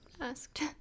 asked